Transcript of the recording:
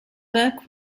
burke